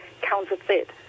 counterfeit